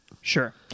Sure